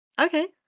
Okay